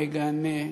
מגנה,